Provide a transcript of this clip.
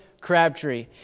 Crabtree